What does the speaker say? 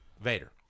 Vader